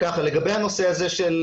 לגבי הנושא הזה של